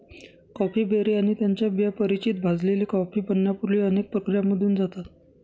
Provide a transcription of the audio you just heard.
coffee berry आणि त्यांच्या बिया परिचित भाजलेली कॉफी बनण्यापूर्वी अनेक प्रक्रियांमधून जातात